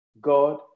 God